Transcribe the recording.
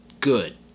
good